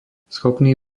schopný